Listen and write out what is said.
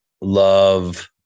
Love